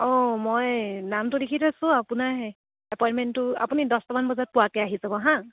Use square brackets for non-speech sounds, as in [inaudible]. অঁ মই নামটো লিখি থৈছোঁ আপোনাৰ [unintelligible] এপইণ্টমেণ্টটো আপুনি দহটামান বজাত পোৱাকে আহি যাব হা